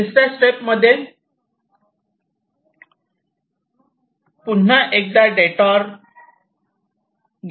तिसऱ्या स्टेप मध्ये पुन्हा एकदा डिटॉर घ्यावा लागतो